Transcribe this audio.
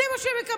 זה מה שמקבלים.